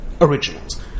Originals